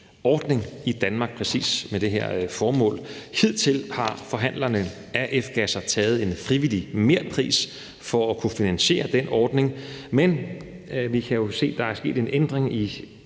i Danmark præcis med det her formål. Hidtil har forhandlerne af F-gasser taget en frivillig merpris for at kunne finansiere den ordning, men vi kan jo se, at der er sket en ændring i